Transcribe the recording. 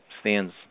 stands